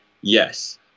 Yes